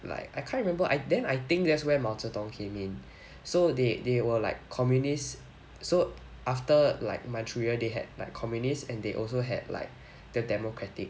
like I can't remember I then I think there's where 毛泽东 came in so they they were like communist so after like manchuria they had like communist and they also had like the democratic